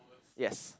yes